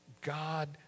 God